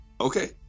Okay